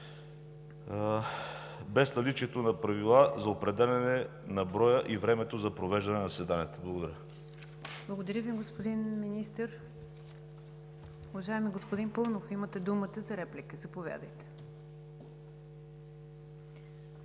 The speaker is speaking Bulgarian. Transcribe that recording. без наличието на правила за определяне на броя и времето за провеждане на заседанията. Благодаря. ПРЕДСЕДАТЕЛ НИГЯР ДЖАФЕР: Благодаря Ви, господин Министър. Уважаеми господин Паунов, имате думата за реплика. Заповядайте.